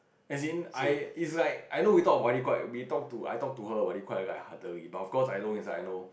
as in I it's like I know we talk about it quite we talk to I talk to her about it quite lightheartedly but of course I know inside I know